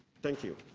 thank you.